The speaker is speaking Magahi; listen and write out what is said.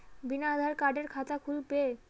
बिना आधार कार्डेर खाता खुल बे?